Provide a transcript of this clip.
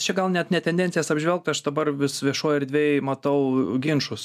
čia gal net ne tendencijas apžvelgt aš dabar vis viešoj erdvėj matau ginčus